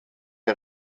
der